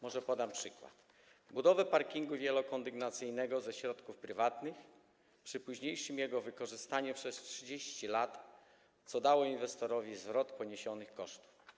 Może podam przykład: budowa parkingu wielokondygnacyjnego ze środków prywatnych przy późniejszym jego wykorzystaniu przez 30 lat, co dało inwestorowi zwrot poniesionych kosztów.